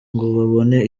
babone